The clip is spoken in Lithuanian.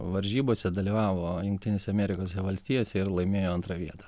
varžybose dalyvavo jungtinėse amerikos valstijose ir laimėjo antrą vietą